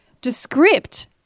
Descript